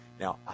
Now